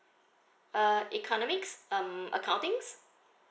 uh economics um accountings